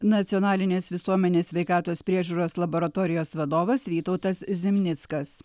nacionalinės visuomenės sveikatos priežiūros laboratorijos vadovas vytautas zimnickas